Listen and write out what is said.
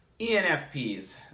ENFPs